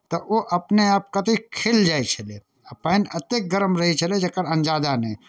तऽ ओ अपने आप कतेक खिल जाइ छलै आ पानि एतेक गरम रहै छलै जकर अन्जादा नहि